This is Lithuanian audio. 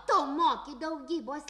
tu moki daugybos